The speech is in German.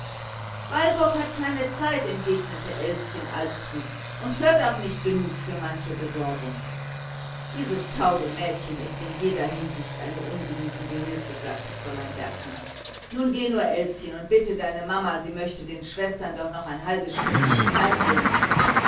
walburg hat keine zeit entgegnete elschen altklug und sie hört auch nicht genug für manche besorgungen dies taube mädchen ist in jeder hinsicht eine ungenügende hilfe sagte fräulein bergmann nun geh nur elschen und bitte deine mama sie möchte den schwestern noch ein halb stündchen zeit gönnen